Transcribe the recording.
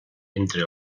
entre